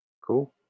Cool